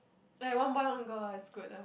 like one boy one girl ah is good lah